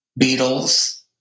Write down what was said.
Beatles